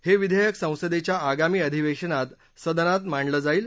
हे विधेयक संसदेच्या आगामी अधिवेशनात सदनात मांडलं जाईल